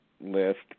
list